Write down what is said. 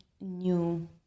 new